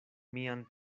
mian